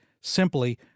simply